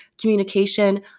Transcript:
communication